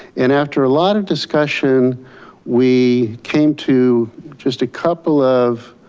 and after a lot of discussion we came to just a couple of,